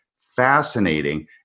fascinating